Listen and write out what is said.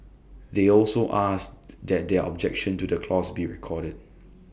they also asked that their objection to the clause be recorded